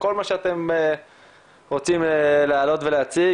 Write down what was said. כל מה שאתם רוצים להעלות ולהציג.